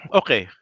okay